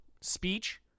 speech